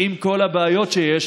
עם כל הבעיות שיש,